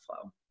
flow